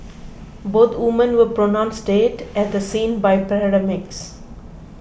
both women were pronounced dead at the scene by paramedics